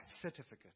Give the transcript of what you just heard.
certificate